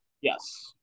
Yes